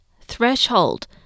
threshold